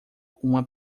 uma